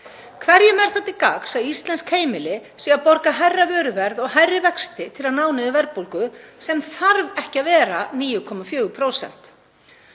Hverjum er það til gagns að íslensk heimili séu að borga hærra vöruverð og hærri vexti til að ná niður verðbólgu sem þarf ekki að vera 9,4%?